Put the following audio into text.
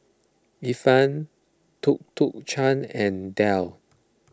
Ifan Tuk Tuk Cha and Dell